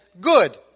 Good